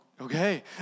okay